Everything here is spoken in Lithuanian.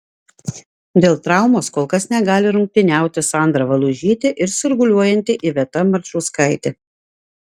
dėl traumos kol kas negali rungtyniauti sandra valužytė ir sirguliuojanti iveta marčauskaitė